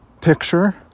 picture